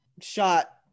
shot